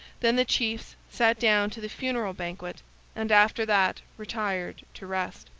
then the chiefs sat down to the funeral banquet and after that retired to rest.